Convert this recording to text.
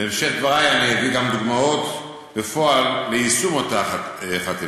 בהמשך דברי אני אביא גם דוגמאות בפועל ליישום אותה חתימה,